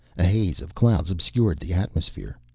a haze of clouds obscured the atmosphere.